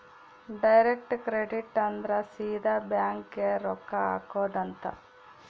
direct credit ಅಂದ್ರ ಸೀದಾ bank ಗೇ ರೊಕ್ಕ ಹಾಕೊಧ್ ಅಂತ